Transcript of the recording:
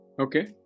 Okay